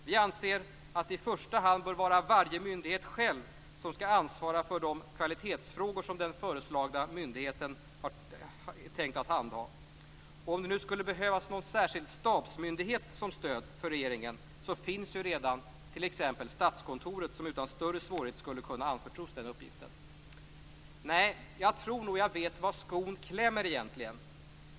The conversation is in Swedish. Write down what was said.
Vi anser att det i första hand bör vara varje myndighet själv som skall ansvara för de kvalitetsfrågor som den föreslagna myndigheten är tänkt att handha. Om det nu skulle behövas någon särskild stabsmyndighet som stöd för regeringen finns ju redan t.ex. Statskontoret, som utan större svårigheter skulle kunna anförtros den uppgiften. Nej, jag tror nog att jag vet var skon egentligen klämmer.